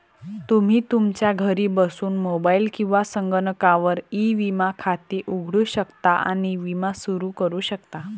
तुम्ही तुमच्या घरी बसून मोबाईल किंवा संगणकावर ई विमा खाते उघडू शकता आणि विमा सुरू करू शकता